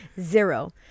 Zero